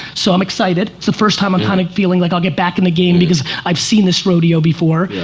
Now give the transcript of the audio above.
so i'm excited. yeah. it's the first time i'm kind of feeling like i'll get back in the game because i've seen this rodeo before,